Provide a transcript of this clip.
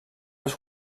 les